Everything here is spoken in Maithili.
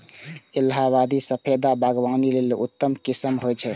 इलाहाबादी सफेदा बागवानी लेल उत्तम किस्म होइ छै